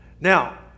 Now